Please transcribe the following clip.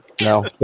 No